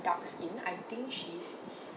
dark skin I think she is